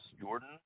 Jordan